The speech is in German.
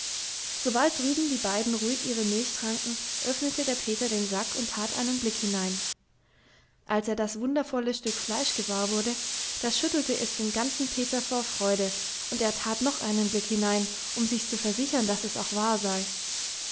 sobald drüben die beiden ruhig ihre milch tranken öffnete der peter den sack und tat einen blick hinein als er das wundervolle stück fleisch gewahr wurde da schüttelte es den ganzen peter vor freude und er tat noch einen blick hinein um sich zu versichern daß es auch wahr sei